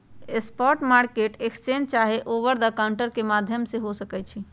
spot market exchange चाहे over the counter के माध्यम से हो सकइ छइ